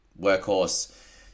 workhorse